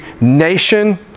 nation